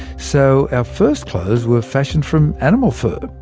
so our first clothes were fashioned from animal fur.